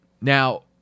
now